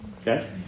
Okay